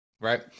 right